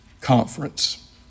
conference